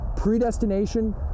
predestination